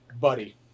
buddy